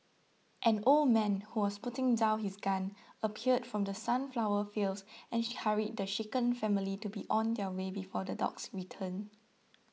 an old man who was putting down his gun appeared from the sunflower fields and hurried the shaken family to be on their way before the dogs return